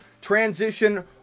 transition